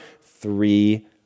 three